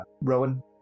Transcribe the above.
Rowan